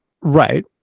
Right